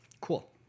Cool